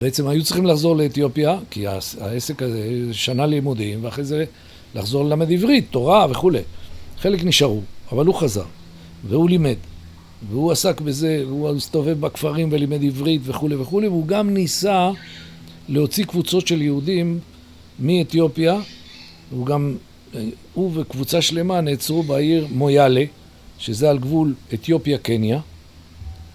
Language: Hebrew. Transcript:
בעצם היו צריכים לחזור לאתיופיה, כי העסק הזה שנה לימודים, ואחרי זה לחזור ללמד עברית, תורה וכו'. חלק נשארו, אבל הוא חזר, והוא לימד, והוא עסק בזה, והוא הסתובב בכפרים ולימד עברית וכו' וכו'. והוא גם ניסה להוציא קבוצות של יהודים מאתיופיה, הוא גם, הוא וקבוצה שלמה נעצרו בעיר מויאלה, שזה על גבול אתיופיה-קניה.